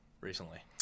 recently